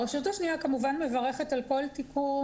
הרשות השניה כמובן מברכת על כל תיקון